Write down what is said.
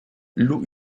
louent